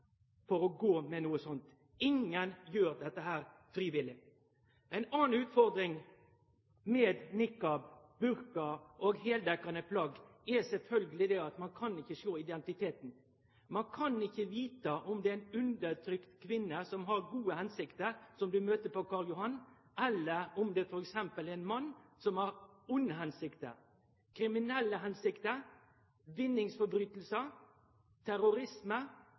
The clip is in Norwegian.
for å gå med noko slikt. Ingen gjer det frivillig. Ei anna utfordring med niqab, burka og heildekkjande plagg er sjølvsagt at ein ikkje kan sjå identiteten. Ein kan ikkje vite om det er ei undertrykt kvinne som har gode hensikter, ein møter på Karl Johan, eller om det t.d. er ein mann som har vonde hensikter, kriminelle hensikter, hensikter om vinningsbrotsverk, terrorisme,